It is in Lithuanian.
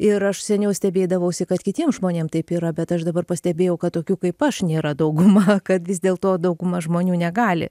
ir aš seniau stebėdavausi kad kitiem žmonėm taip yra bet aš dabar pastebėjau kad tokių kaip aš nėra dauguma kad vis dėlto dauguma žmonių negali